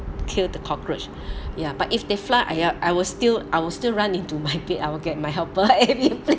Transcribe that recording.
kill the cockroach ya but if they fly !aiya! I will still I will still run into my bed I will get my helper please